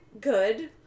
good